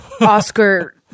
oscar